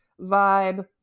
vibe